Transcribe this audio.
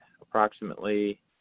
approximately